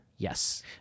Yes